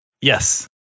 Yes